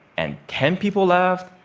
and ten people left,